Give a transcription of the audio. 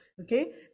okay